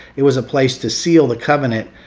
it was a place to seal the covenant.